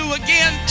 again